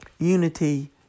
unity